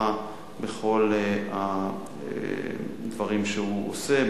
הצלחה בכל הדברים שהוא עושה,